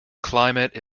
climate